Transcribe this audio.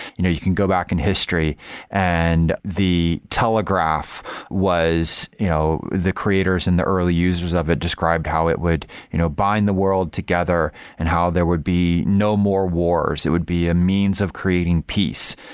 you know you can go back in history and the telegraph was you know the creators and the early users of it described how it would you know bind the world together and how there would be no more wars. it would be a means of creating peace,